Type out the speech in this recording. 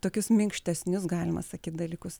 tokius minkštesnius galima sakyt dalykus